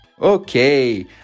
OK